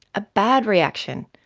a bad reaction.